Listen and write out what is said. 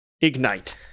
ignite